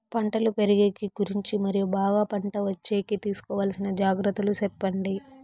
పంటలు పెరిగేకి గురించి మరియు బాగా పంట వచ్చేకి తీసుకోవాల్సిన జాగ్రత్త లు సెప్పండి?